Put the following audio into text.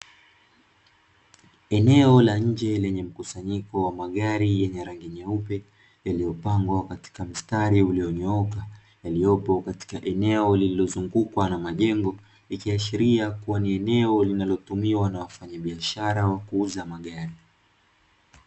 Eneo la nje lenye mkusanyiko wa magari yenye rangi nyeupe yaliyopangwa katika mstari ulionyooka, yaliyopo katika eneo lililozungukwa na majengo; ikiashiria kuwa ni eneo linalo tumiwa na wafanyabiashara wa kuuza magari.